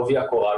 לעובי הקורה,